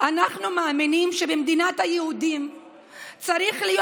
אנחנו מאמינים שבמדינת היהודים צריך להיות,